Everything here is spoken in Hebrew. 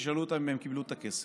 תשאלו אותם אם הם קיבלו את הכסף,